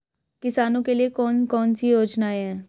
किसानों के लिए कौन कौन सी योजनाएं हैं?